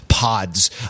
pods